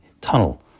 tunnel